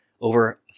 over